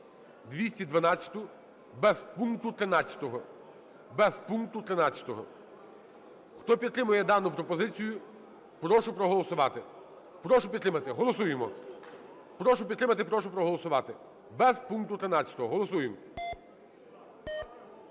13. Без пункту 13. Хто підтримує дану пропозицію, прошу проголосувати. Прошу підтримати. Голосуємо. Прошу підтримати. Прошу проголосувати. Без пункту 13. Голосуємо.